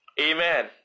Amen